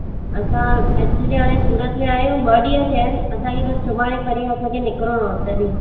असां एक्चुली हाणे सूरत में आहियूं ॿ ॾींहं थिया आहिनि असांखे सुभाणे परीहं असांखे निकिरणो आहे तॾहिं